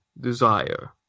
desire